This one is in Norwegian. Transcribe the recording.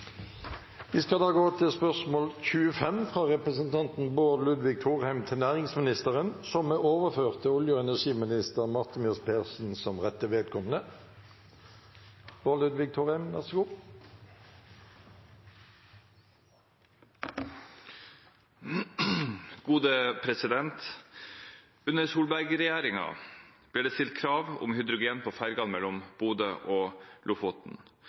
Vi skal da gå til spørsmål 25. Dette spørsmålet, fra representanten Bård Ludvig Thorheim til næringsministeren, er overført til olje- og energiministeren som rette vedkommende. «Under Solberg-regjeringen ble det stilt krav om hydrogen på fergene mellom Lofoten og Bodø. Sammen med en historisk sterk satsing på infrastruktur, og